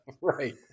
Right